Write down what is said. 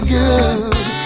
good